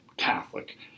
Catholic